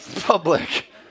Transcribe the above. public